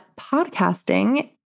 podcasting